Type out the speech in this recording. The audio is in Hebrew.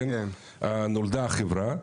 נולדה החברה,